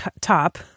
top